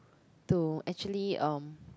to actually um